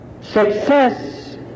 success